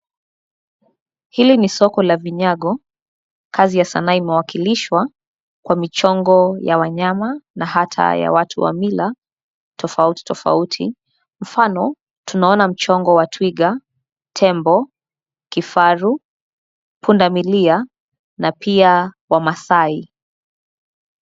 Hili ni soko la vinyago; kazi ya sanaa imewakilishwa kwa michongo ya wanyama na hata ya watu wa mila tofauti tofauti. Mfano, tunaona michongo wa twiga, tembo, kifaru, pundamilia na pia wamasai.